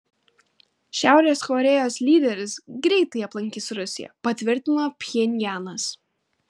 šiaurės korėjos lyderis greitai aplankys rusiją patvirtino pchenjanas